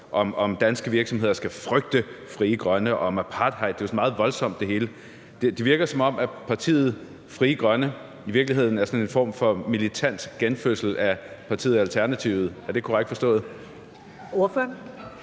at danske virksomheder skal frygte Frie Grønne, og om apartheid. Det hele er sådan meget voldsomt. Det virker, som om partiet Frie Grønne i virkeligheden er sådan en form for militant genfødsel af partiet Alternativet. Er det korrekt forstået?